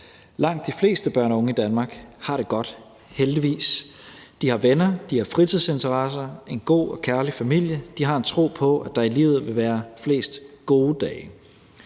Langt de fleste børn og unge i Danmark har det godt – heldigvis. De har venner, de har fritidsinteresser og en god og kærlig familie, de har en tro på, at der i livet vil være flest gode dage.